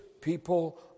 people